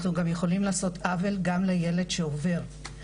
אנחנו גם יכולים לעשות עוול לילד שעובר,